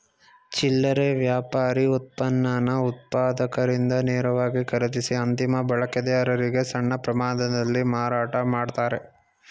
ಚಿಲ್ಲರೆ ವ್ಯಾಪಾರಿ ಉತ್ಪನ್ನನ ಉತ್ಪಾದಕರಿಂದ ನೇರವಾಗಿ ಖರೀದಿಸಿ ಅಂತಿಮ ಬಳಕೆದಾರರಿಗೆ ಸಣ್ಣ ಪ್ರಮಾಣದಲ್ಲಿ ಮಾರಾಟ ಮಾಡ್ತಾರೆ